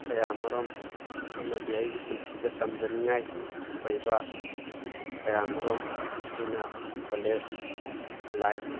ꯀꯌꯥ ꯃꯔꯨꯝ ꯑꯃꯗꯤ ꯑꯩꯒꯤ ꯄꯨꯟꯁꯤꯗ ꯇꯝꯖꯅꯤꯉꯉꯥꯏ ꯑꯣꯏꯕ ꯀꯌꯥ ꯃꯔꯨꯝ ꯑꯩꯅ ꯀꯣꯂꯦꯖ ꯂꯥꯏꯐ